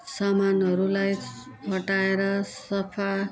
सामानहरूलाई हटाएर सफा